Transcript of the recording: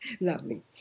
Lovely